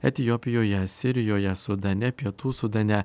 etiopijoje sirijoje sudane pietų sudane